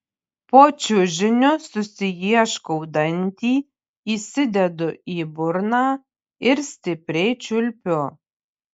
po čiužiniu susiieškau dantį įsidedu į burną ir stipriai čiulpiu